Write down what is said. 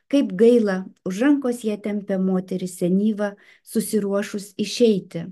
kaip gaila už rankos jie tempia moterį senyvą susiruošus išeiti